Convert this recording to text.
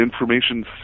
information